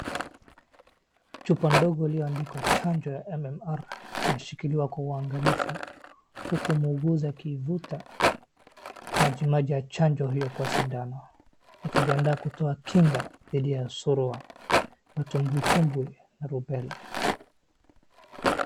Chupa ndogo ililoandikwa chanjo ya MMR inashikiliwa kwa uangalifu huku muuguzi akiivuta maji maji ya chanjo hiyo kwa sindano akijiandaa kutoa kinga dhidi ya surua, matumbwitumbwi na rubela..